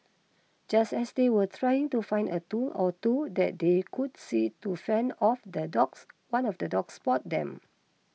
just as they were trying to find a tool or two that they could see to fend off the dogs one of the dogs spotted them